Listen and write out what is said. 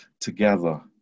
together